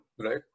right